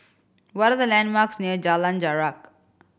what are the landmarks near Jalan Jarak